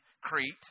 Crete